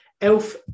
Elf